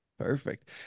Perfect